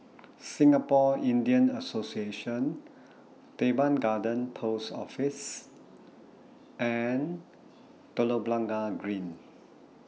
Singapore Indian Association Teban Garden Post Office and Telok Blangah Green